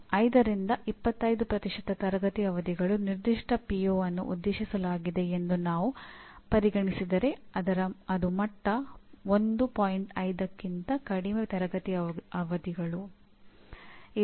A program ಮಟ್ಟದಲ್ಲಿ ಗುರುತಿಸುತ್ತದೆ ಮತ್ತು ನಿರ್ದಿಷ್ಟ ವಿಭಾಗದಿಂದ ಪ್ರೋಗ್ರಾಂ ಮತ್ತು ಪಠ್ಯಕ್ರಮದ ಮಟ್ಟದಲ್ಲಿ ಗುರುತಿಸಲಾಗುತ್ತದೆ